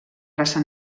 raça